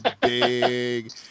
big